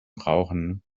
brauchen